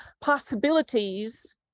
possibilities